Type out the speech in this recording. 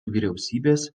vyriausybės